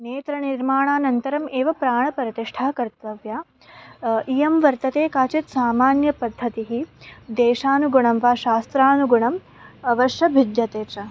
नेत्रनिर्माणानन्तरम् एव प्राणप्रतिष्ठा कर्तव्या इयं वर्तते काचित् सामान्यपद्धतिः देशानुगुणं वा शास्त्रानुगुणम् अवश्यं भिद्यते च